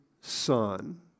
son